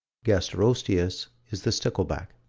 gasterosteus is the stickleback.